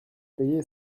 payer